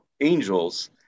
angels